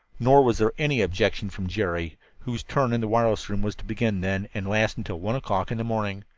nor was there any objection from jerry, whose turn in the wireless room was to begin then and last until one o'clock in the morning,